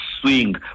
swing